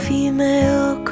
Female